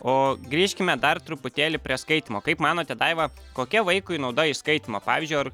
o grįžkime dar truputėlį prie skaitymo kaip manote daiva kokia vaikui nauda iš skaitymo pavyzdžiui ar